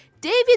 David